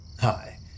hi